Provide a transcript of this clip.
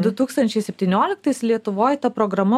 du tūkstančiai septynioliktais lietuvoj ta programa